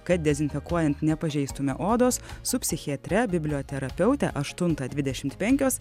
kad dezinfekuojant nepažeistume odos su psichiatre biblioterapeute aštuntą dvidešimt penkios